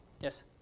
Yes